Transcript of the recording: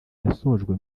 yasojwe